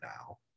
now